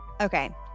Okay